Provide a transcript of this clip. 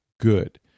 good